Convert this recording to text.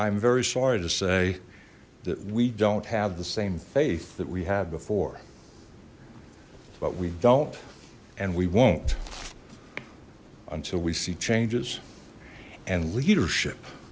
i'm very sorry to say that we don't have the same faith that we had before but we don't and we won't until we see changes and leadership